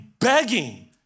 begging